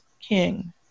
King